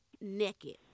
naked